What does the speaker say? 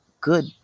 good